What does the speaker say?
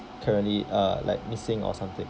currently uh like missing or something